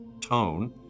tone